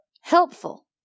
helpful